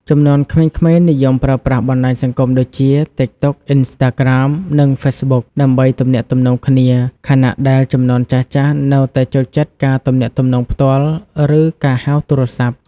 ជំនាន់ក្មេងៗនិយមប្រើប្រាស់បណ្តាញសង្គមដូចជា តិកតុក, អុិនស្តាក្រាម, និងហ្វេសប៊ុក ដើម្បីទំនាក់ទំនងគ្នា ខណៈដែលជំនាន់ចាស់ៗនៅតែចូលចិត្តការទំនាក់ទំនងផ្ទាល់ ឬការហៅទូរស័ព្ទ។